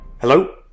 Hello